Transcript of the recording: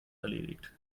erledigt